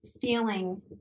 feeling